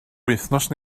wythnos